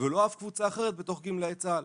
ולא אף קבוצה אחרת בתוך גמלאי צה"ל.